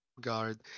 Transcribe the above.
guard